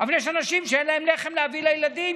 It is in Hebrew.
אבל יש אנשים שאין להם לחם להביא לילדים.